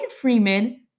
Freeman